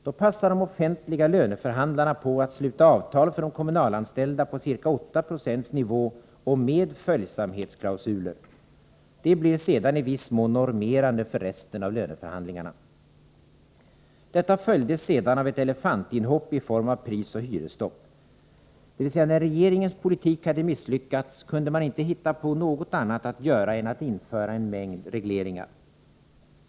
Då passar de offentliga löneförhandlarna på att sluta avtal för de kommunalanställda på ca 8 90 nivå och med följsamhetsklausuler! Det blir sedan i viss mån normerande för resten av löneförhandlingarna. Detta följdes sedan av ett elefantinhopp i form av prisoch hyresstopp — dvs. när regeringens politik hade misslyckats kunde man inte hitta något annat att göra än att införa en mängd regleringar.